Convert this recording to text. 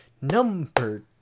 number